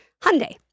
Hyundai